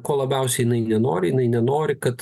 ko labiausiai jinai nenori jinai nenori kad